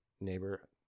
neighbor